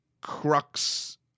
crux